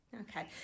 Okay